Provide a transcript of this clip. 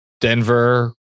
Denver